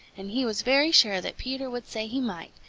and he was very sure that peter would say he might,